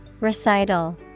Recital